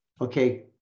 Okay